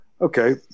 okay